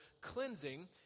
cleansing